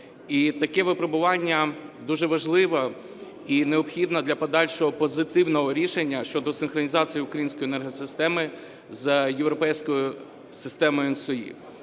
І таке випробування дуже важливе і необхідне для подальшого позитивного рішення щодо синхронізації української енергосистеми за європейською системою